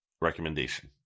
recommendation